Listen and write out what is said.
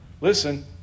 Listen